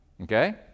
Okay